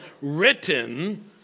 written